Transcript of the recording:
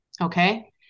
Okay